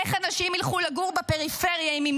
איך אנשים ילכו לגור בפריפריה אם הם